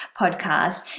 podcast